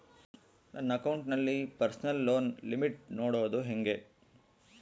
ನನ್ನ ಅಕೌಂಟಿನಲ್ಲಿ personal loan limit ನೋಡದು ಹೆಂಗೆ?